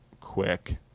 quick